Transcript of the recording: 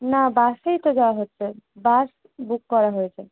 না বাসেই তো যাওয়া হচ্ছে বাস বুক করা হয়েছে